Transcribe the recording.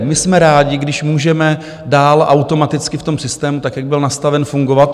My jsme rádi, když můžeme dál automaticky v tom systému, tak jak byl nastaven, fungovat.